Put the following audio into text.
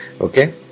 okay